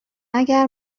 اگر